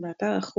באתר החוג